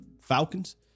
Falcons